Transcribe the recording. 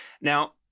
Now